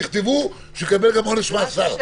תכתבו שיקבל גם עונש מאסר,